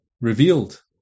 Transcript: revealed